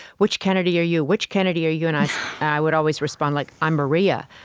which kennedy are you? which kennedy are you? and i i would always respond, like i'm maria.